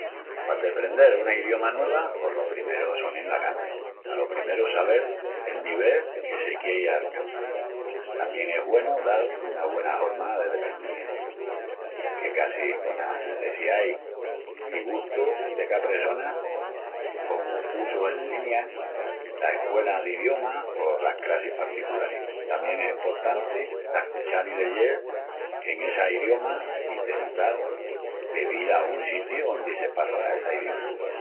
Pa deprendel una idioma nueva pos lo primeru sonin las ganas. Alo primeru sabel el nivel que se quiei ancançal. Tamién es güenu dal una güena horma de deprendimientu que casi conas necessiais i gustus de cá pressona, comu cussus en linia, las escuelas d'idiomas o las crassis particularis. Tamién es emportanti d'ascuchal i leyel en essa idioma i tental de dil a un sitiu ondi se palra essa idioma.